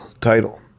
title